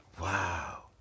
Wow